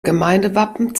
gemeindewappen